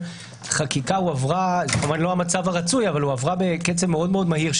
חקיקה שקשורה בקורונה הועברה בקצב מאוד מהיר.